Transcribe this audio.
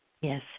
Yes